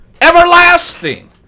everlasting